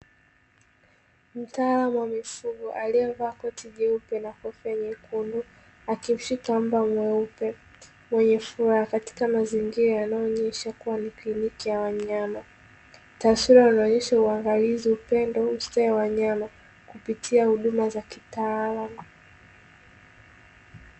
Mtaalamu wa mifugo aliyevaa koti jeupe na kofia nyekundu akimshika mbwa mweupe mwenye furaha katika mazingira yanayoonesha kuwa ni kliniki ya wanyama. Taswira inaonesha uangalizi, upendo na ustawi wa wanyama kupitia huduma za kitaalamu.